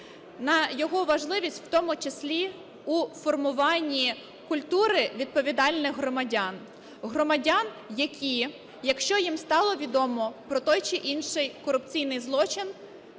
на його важливість в тому числі у формуванні культури відповідальних громадян, громадян, які, якщо їм стало відомо про той чи інший корупційний злочин,